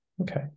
okay